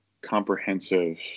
comprehensive